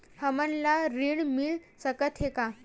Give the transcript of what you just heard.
हमन ला ऋण मिल सकत हे का?